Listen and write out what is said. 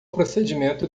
procedimento